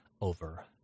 over